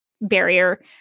barrier